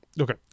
Okay